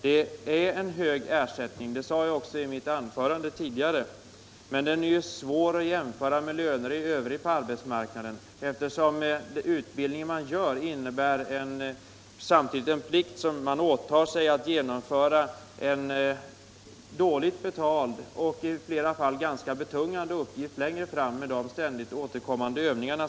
Det är en hög ersättning — det sade jag också i mitt anförande tidigare — men det är svårt att jämföra den med löner i övrigt på arbetsmarknaden. När den blivande reservofficeren går igenom utbildning innebär det samtidigt att han förbinder sig att genomföra en dåligt betald och i flera fall ganska betungande uppgift längre fram — nämligen de ständigt återkommande övningarna.